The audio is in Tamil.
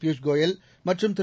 பியூஷ் கோயல் மற்றம் திரு